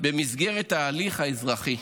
במסגרת ההליך האזרחי,